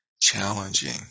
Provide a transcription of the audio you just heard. challenging